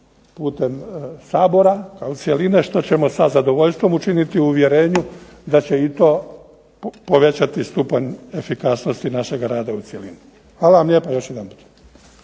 putem Sabora kao cjeline što ćemo sa zadovoljstvom učiniti u uvjerenju da će i to povećati stupanj efikasnosti našega rada u cjelini. Hvala vam lijepa još jedanput.